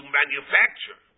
manufacture